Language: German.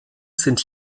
sind